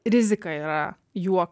rizika yra juo